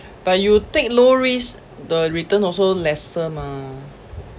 but you take low risk the return also lesser mah